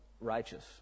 righteous